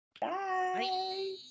Bye